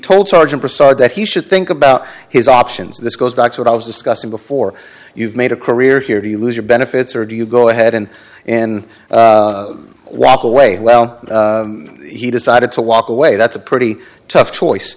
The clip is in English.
told sergeant decided that he should think about his options this goes back to what i was discussing before you've made a career here do you lose your benefits or do you go ahead and in walk away well he decided to walk away that's a pretty tough choice